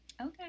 Okay